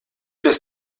bis